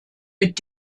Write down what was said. mit